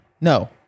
No